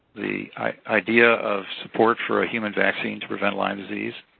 the idea of support for a human vaccine to prevent lyme disease,